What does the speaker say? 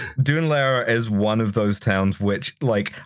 dun laoghaire is one of those towns which, like,